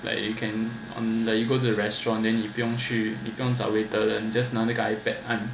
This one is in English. like you can on like you go to the restaurant then 你不用去你不用找 water then just 拿那个 iPad 按